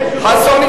ישראל חסון,